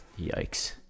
yikes